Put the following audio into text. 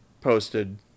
posted